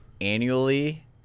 annually